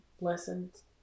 Lessons